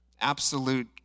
Absolute